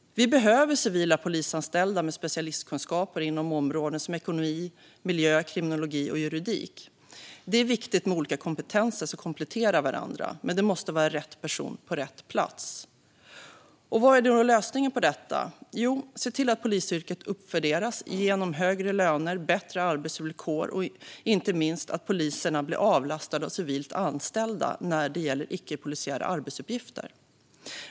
Vi behöver civila polisanställda med specialistkunskaper inom områden som ekonomi, miljö, kriminologi och juridik. Det är viktigt med olika kompetenser som kompletterar varandra. Men det måste vara rätt person på rätt plats. Vad är då lösningen på detta? Jo, att se till att polisyrket uppvärderas genom högre löner, bättre arbetsvillkor och inte minst genom att poliserna blir avlastade av civilt anställda när det gäller icke-polisiära arbetsuppgifter.